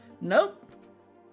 Nope